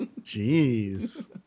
Jeez